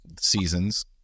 seasons